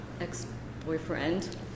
ex-boyfriend